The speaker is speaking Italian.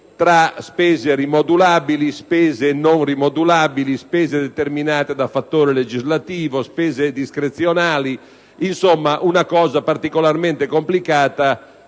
tra rimodulabili e non rimodulabili, spese determinate da fattore legislativo e spese discrezionali; insomma un qualcosa particolarmente complicato,